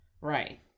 Right